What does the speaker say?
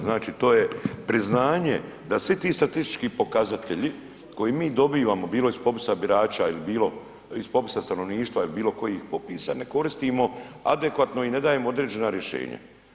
Znači to je priznanje da svi ti statistički pokazatelji koje mi dobivamo bilo iz popisa birača ili popisa stanovništva ili bilo kojih popisa ne koristimo adekvatno i ne dajemo određena rješenja.